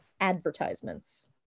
advertisements